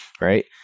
right